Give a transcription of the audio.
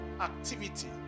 activity